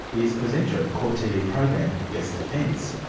is presenter of court tv program, best defence.